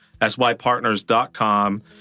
sypartners.com